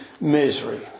misery